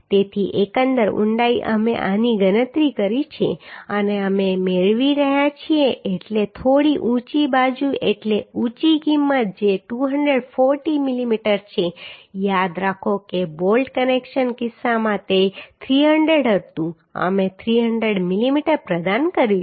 તેથી એકંદર ઊંડાઈ અમે આની ગણતરી કરી છે અને અમે મેળવી રહ્યા છીએ એટલે થોડી ઊંચી બાજુ એટલે ઊંચી કિંમત જે 240 મિલીમીટર છે યાદ રાખો કે બોલ્ટ કનેક્શનના કિસ્સામાં તે 300 હતું અમે 300 મિલીમીટર પ્રદાન કર્યું છે